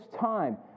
time